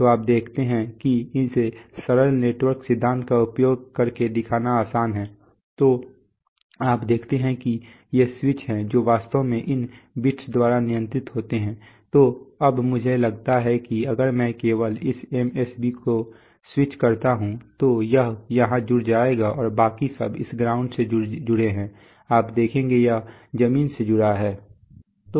तो आप देखते हैं कि इसे सरल नेटवर्क सिद्धांत का उपयोग करके दिखाना आसान है आप देखते हैं कि ये स्विच हैं जो वास्तव में इन बिट्स द्वारा नियंत्रित होते हैं तो अब मुझे लगता है कि अगर मैं केवल इस MSB को स्विच करता हूं तो यह यहां जुड़ जाएगा और बाकी सब इस ग्राउंड से जुड़े हैं आप देखिए यह जमीन से जुड़ा है